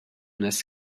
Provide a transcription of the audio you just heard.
this